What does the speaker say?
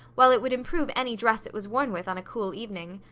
while it would improve any dress it was worn with on a cool evening.